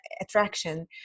attraction